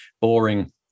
boring